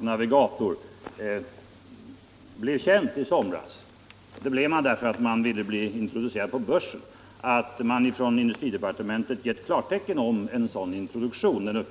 Navigator AB blev känt i somras berodde på att företaget ville bli introducerat på börsen. Och i Veckans Affärer stod att läsa att industridepartementet givit klartecken för en sådan introduktion.